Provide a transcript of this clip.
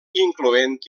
incloent